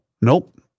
Nope